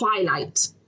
twilight